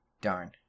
Darn